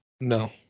no